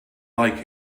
like